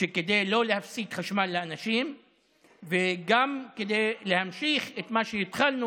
כדי לא להפסיק חשמל לאנשים וגם כדי להמשיך את מה שהתחלנו